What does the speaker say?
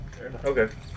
okay